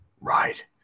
Right